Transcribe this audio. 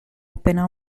appena